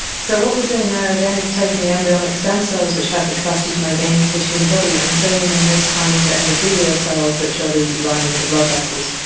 so what we're doing there again is taking the embryonic stem cells which have the capacity to make any tissue in the body and turning them this time into endothelial cells which are the lining of the blood vessels.